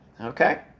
okay